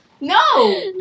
No